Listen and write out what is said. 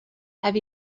have